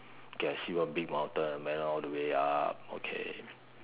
okay I see one big mountain went all the way up okay